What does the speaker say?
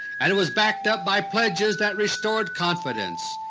and it was backed up by pledges that restored confidence.